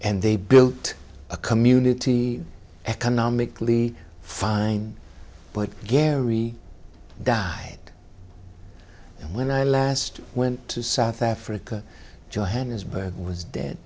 and they built a community economically fine but gary died and when i last went to south africa johannesburg was dead